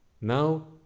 now